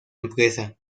empresa